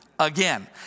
Again